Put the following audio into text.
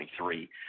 2023